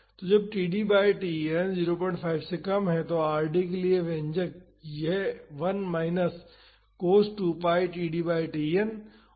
तो जब td by Tn 05 से कम है तो Rd के लिए व्यंजक यह है 1 minus cos 2 pi td by Tn